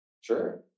Sure